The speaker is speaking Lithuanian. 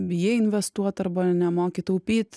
bijai investuot arba nemoki taupyt